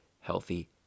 healthy